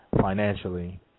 financially